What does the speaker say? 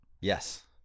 Yes